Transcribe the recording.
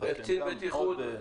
וקצין בטיחות.